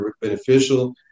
beneficial